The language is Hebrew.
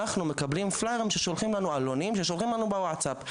אנחנו מקבלים את אותם פליירים ועלונים בהודעות WhatsApp.